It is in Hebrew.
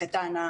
הקטן,